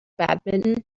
badminton